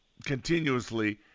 continuously